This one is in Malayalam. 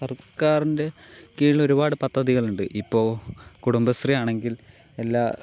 സർക്കാരിൻ്റെ കീഴിൽ ഒരുപാട് പദ്ധതികളുണ്ട് ഇപ്പോൾ കുടുംബശ്രീ ആണെങ്കിൽ എല്ലാ